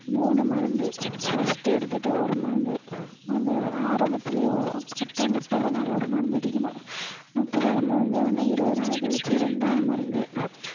மூணு மருந்து ஃபஸ்ட்டு எடுத்துட்டால் ஒரு மருந்து அந்த ஆரம்பத்துலேயே ஒரு கரெக்டாக முப்பது நாள் ஒரு மருந்தடிக்கணும் முப்பதாம் நாள் முடிஞ்சவொடானே இருபது நாள் கழிச்சி ரெண்டாவது மருந்து